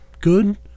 good